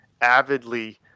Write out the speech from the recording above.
avidly